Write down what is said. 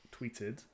tweeted